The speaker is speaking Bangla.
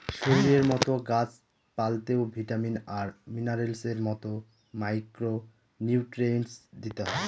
শরীরের মতো গাছ পালতেও ভিটামিন আর মিনারেলস এর মতো মাইক্র নিউট্রিয়েন্টস দিতে হয়